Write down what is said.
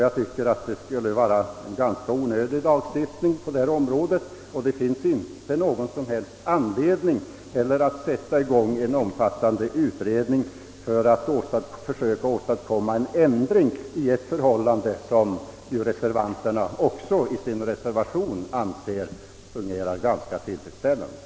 Jag tycker att det skulle vara ganska onödigt med den föreslagna lagstiftningen, och det finns inte heller någon som helst anledning att sätta i gång en omfattande utredning för att försöka åstadkomma en ändring på något som ju också reservanterna i sin reservation säger fungera ganska tillfredsställande.